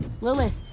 Lilith